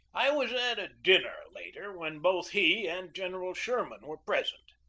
i was at a dinner later when both he and general sherman were present.